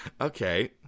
Okay